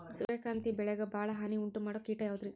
ಸೂರ್ಯಕಾಂತಿ ಬೆಳೆಗೆ ಭಾಳ ಹಾನಿ ಉಂಟು ಮಾಡೋ ಕೇಟ ಯಾವುದ್ರೇ?